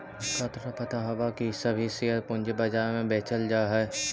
का तोहरा पता हवअ की सभी शेयर पूंजी बाजार में बेचल जा हई